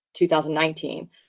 2019